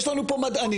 יש לנו פה מדענים,